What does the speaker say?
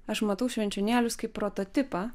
aš matau švenčionėlius kaip prototipą